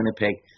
Winnipeg